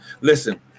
Listen